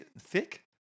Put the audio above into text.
thick